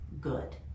good